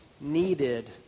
needed